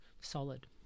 solid